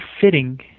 fitting